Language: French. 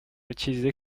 utilisée